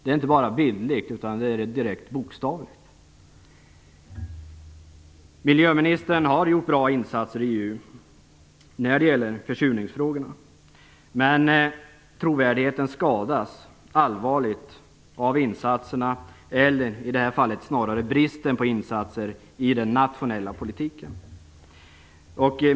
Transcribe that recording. Det är inte bara bildligt sagt utan det är i direkt bokstavlig mening. Miljöministern har gjort bra insatser i EU när det gäller försurningsfrågorna. Men trovärdigheten skadas allvarligt av insatserna - eller snarare bristen på insatser - i den nationella politiken. Herr talman!